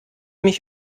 mich